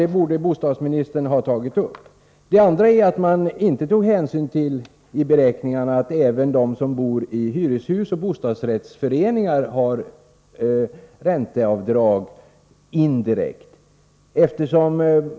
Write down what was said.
Det borde bostadsmininstern ha påpekat. I beräkningarna tog Anderstig inte heller hänsyn till att även de som bor i hyreshus och bostadsrättsföreningar har ränteavdrag — indirekt.